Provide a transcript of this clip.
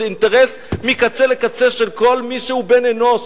זה אינטרס מקצה של קצה של כל מי שהוא בן-אנוש.